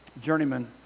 journeyman